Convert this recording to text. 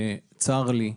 צר לי,